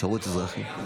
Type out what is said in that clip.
שירות אזרחי.